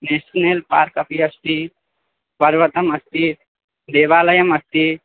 national park अपि अस्ति पर्वतमस्ति देवालयम् अस्ति